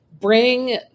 bring